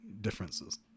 differences